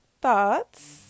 Thoughts